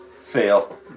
Fail